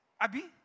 Abi